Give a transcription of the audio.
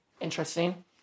Interesting